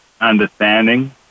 understanding